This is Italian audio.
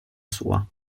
sua